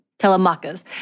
Telemachus